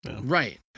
Right